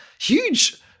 huge